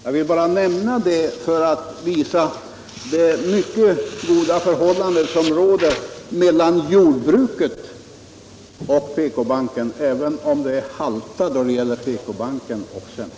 Jag vill bara nämna det för att visa det mycket goda förhållande som råder mellan jordbruket och PK-banken — även om det haltar då det gäller PK-banken och centerpartiet.